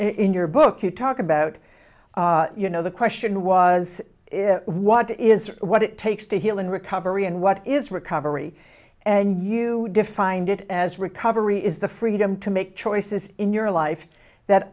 in your book you talk about you know the question was if what is what it takes to heal and recovery and what is recovery and you defined it as recovery is the freedom to make choices in your life that